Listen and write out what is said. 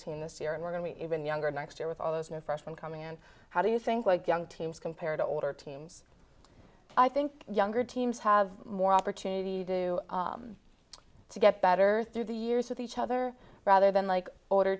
team this year and we're going to be even younger next year with all those new freshmen coming in and how do you think like young teams compared to older teams i think younger teams have more opportunity to do to get better through the years with each other rather than like order